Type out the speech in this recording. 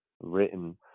written